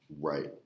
Right